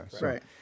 right